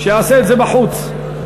שיעשה את זה בחוץ.